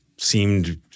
Seemed –